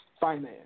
finance